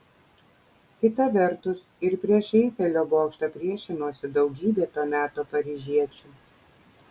kita vertus ir prieš eifelio bokštą priešinosi daugybė to meto paryžiečių